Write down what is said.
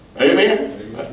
Amen